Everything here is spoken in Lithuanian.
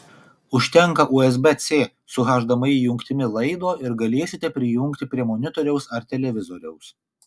užtenka usb c su hdmi jungtimi laido ir galėsite prijungti prie monitoriaus ar televizoriaus